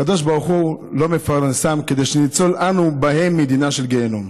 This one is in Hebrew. הקדוש ברוך הוא לא מפרנסם כדי שנינצל אנו בהם מדינה של גיהינום.